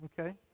Okay